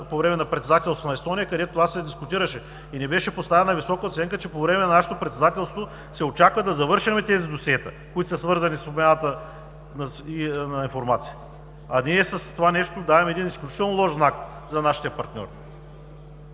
по време на председателството на Естония, където това се дискутираше и ни беше поставена висока оценка, че се очаква по време на нашето председателство да завършим тези досиета, които са свързани с обмяната на информация. А ние с това нещо даваме един изключително лош знак за нашите партньори.